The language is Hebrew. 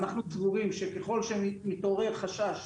ואנחנו סבורים שככל שמתעורר חשש